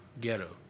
Ghetto